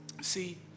See